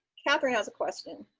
catherine has a question.